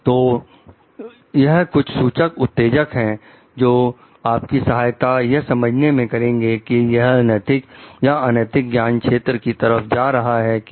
तो यह कुछ सूचक उत्तेजक हैं जो आपकी सहायता यह समझने में करेंगे कि यह नैतिक या अनैतिक ज्ञान क्षेत्र की तरफ जा रहा है कि नहीं